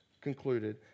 concluded